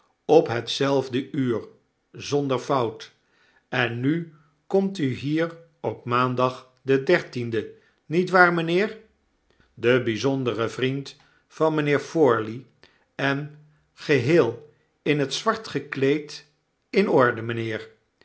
op hetzelfde uur zonder fout en nu komt u hier op maandag den dertienden niet waar mijnheer de bijzondere vriend van mijnheer forley en geheel in tzwartgekleed in orde mijnheer